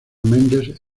mendes